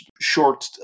short